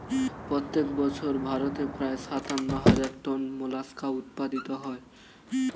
প্রত্যেক বছর ভারতে প্রায় সাতান্ন হাজার টন মোলাস্কা উৎপাদিত হয়